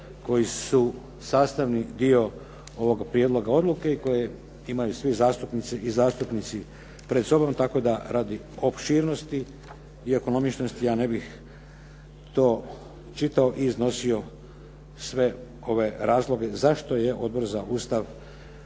koji su sastavni dio ovog prijedloga odluke i koji imaju sve zastupnice i zastupnici pred sobom tako da radi opširnosti i ekonomičnosti ja ne bih to čitao i iznosio sve ove razloge zašto je Odbor za Ustav